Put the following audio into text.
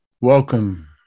Welcome